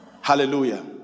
Hallelujah